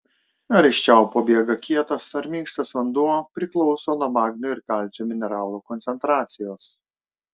ar iš čiaupo bėga kietas ar minkštas vanduo priklauso nuo magnio ir kalcio mineralų koncentracijos